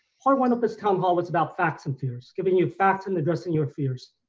part one of this town hall was about facts and fears, giving you facts and addressing your fears.